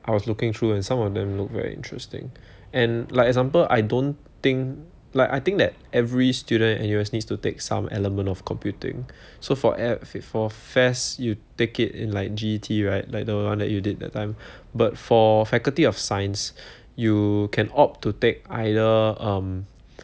I was looking through and some of them look very interesting and like example I don't think like I think that every student at N_U_S needs to take some element of computing so for for F_A_S_S you take it in like G_E_T right like the one that you did that time but for faculty of science you can opt to take either um